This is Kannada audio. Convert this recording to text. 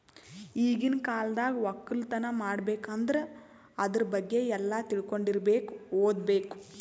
ಈಗಿನ್ ಕಾಲ್ದಾಗ ವಕ್ಕಲತನ್ ಮಾಡ್ಬೇಕ್ ಅಂದ್ರ ಆದ್ರ ಬಗ್ಗೆ ಎಲ್ಲಾ ತಿಳ್ಕೊಂಡಿರಬೇಕು ಓದ್ಬೇಕು